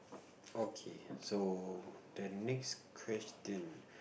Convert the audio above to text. okay so the next question